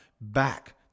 back